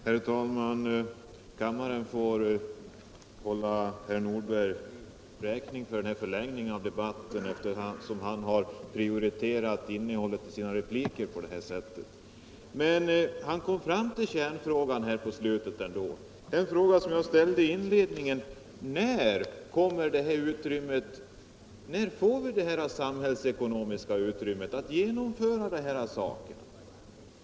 Herr talman! Kammaren får skriva denna förlängning av debatten på herr Nordbergs konto, eftersom han har prioriterat innehållet i sina repliker på det sätt som han här gjort. Men herr Nordberg kom ändå fram till kärnfrågan på slutet. Den fråga som jag ställde i inledningen var: När får vi det samhällsekonomiska utrymme som krävs för att genomföra denna reform?